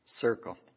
circle